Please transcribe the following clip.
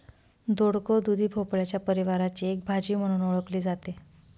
दोडक, दुधी भोपळ्याच्या परिवाराची एक भाजी म्हणून ओळखली जाते